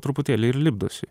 truputėlį ir lipdosi